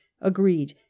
agreed